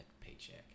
paycheck